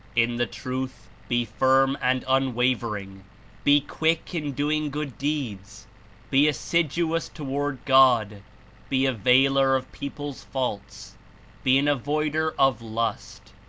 in the truth be firm and unwavering be quick in doing good deeds be assiduous toward god be a veiler of people's faults be an avoider of lust.